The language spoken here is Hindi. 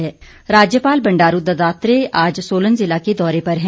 राज्यपाल राज्यपाल बंडारू दत्तात्रेय आज सोलन जिला के दौरे पर हैं